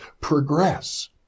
progress